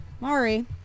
Mari